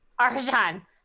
Arjan